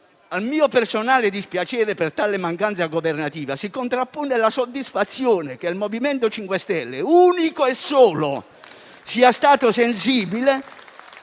al mio personale dispiacere per tale mancanza governativa si contrappone la soddisfazione che il MoVimento 5 Stelle, unico e solo, sia stato sensibile,